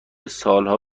سالها